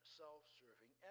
self-serving